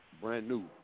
brand-new